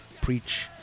preach